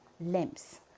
limbs